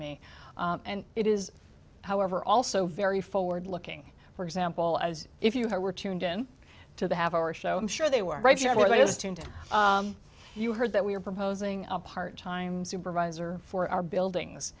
me and it is however also very forward looking for example as if you were tuned in to the half hour show i'm sure they were right yet what is to you heard that we are proposing a part time supervisor for our buildings